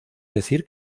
decir